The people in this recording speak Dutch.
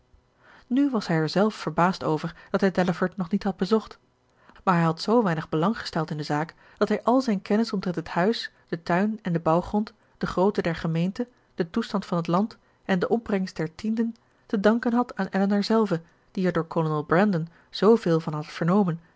nu was hij er zelf verbaasd over dat hij delaford nog niet had bezocht maar hij had zoo weinig belang gesteld in de zaak dat hij al zijne kennis omtrent het huis den tuin en den bouwgrond de grootte der gemeente den toestand van het land en de opbrengst der tienden te danken had aan elinor zelve die er door kolonel brandon zooveel van had vernomen